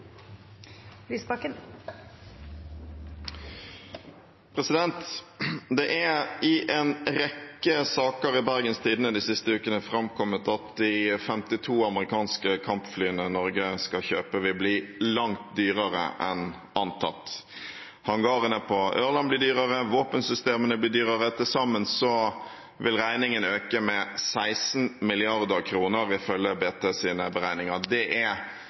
Det er i en rekke saker i Bergens Tidende de siste ukene framkommet at de 52 amerikanske kampflyene Norge skal kjøpe, vil bli langt dyrere enn antatt. Hangarene på Ørland blir dyrere, våpensystemene blir dyrere. Til sammen vil regningen øke med 16 mrd. kr, ifølge BTs beregninger. Det er veldig mye penger. Til sammenligning viser BTs beregninger